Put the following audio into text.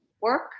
work